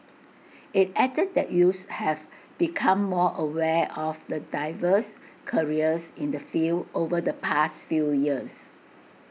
IT added that youths have become more aware of the diverse careers in the field over the past few years